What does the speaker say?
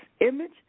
image